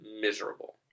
miserable